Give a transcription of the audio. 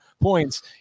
points